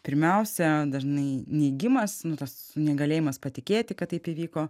pirmiausia dažnai neigimas nu tas negalėjimas patikėti kad taip įvyko